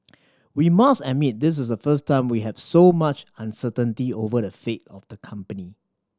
we must admit this is the first time we have so much uncertainty over the fate of the company